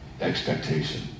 expectation